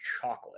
chocolate